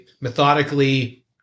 methodically